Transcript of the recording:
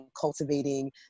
cultivating